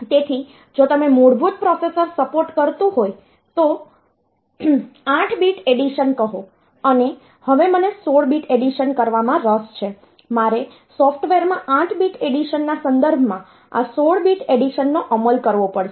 તેથી જો તમે મૂળભૂત પ્રોસેસર સપોર્ટ કરતું હોય તો 8 બીટ એડિશન કહો અને હવે મને 16 બીટ એડિશન કરવામાં રસ છે મારે સોફ્ટવેર માં 8 બીટ એડિશનના સંદર્ભમાં આ 16 બીટ એડિશનનો અમલ કરવો પડશે